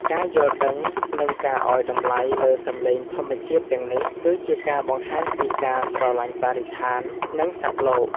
ការយល់ដឹង និងការឱ្យតម្លៃលើសំឡេងធម្មជាតិទាំងនេះ គឺជាការបង្ហាញពីការស្រឡាញ់បរិស្ថាន និងសត្វលោក។